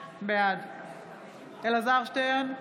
בעד אלעזר שטרן,